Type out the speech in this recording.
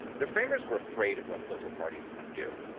the framers were afraid of what political parties could do.